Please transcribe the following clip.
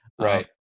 Right